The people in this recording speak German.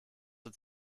zur